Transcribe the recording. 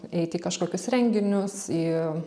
eiti į kažkokius renginius į